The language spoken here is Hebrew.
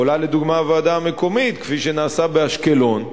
יכולה לדוגמה הוועדה המקומית, כפי שנעשה באשקלון,